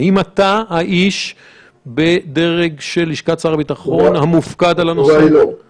האם אתה האיש בדרג של לשכת שר הביטחון המופקד על הנושא?